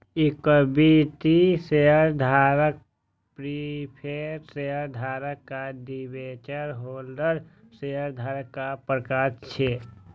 equity शेयरधारक, preference शेयरधारक आ डिवेंचर होल्डर शेयरधारक के प्रकार छियै